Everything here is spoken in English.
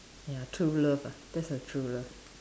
ya true love ah that's a true love